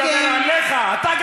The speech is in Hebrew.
תתבייש לך, תתבייש לך.